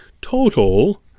total